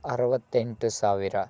ಅರವತ್ತೆಂಟು ಸಾವಿರ